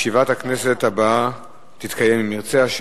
ישיבת הכנסת הבאה תתקיים, אם ירצה השם,